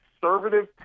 conservative